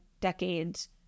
decades